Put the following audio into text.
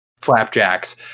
flapjacks